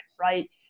right